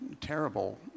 terrible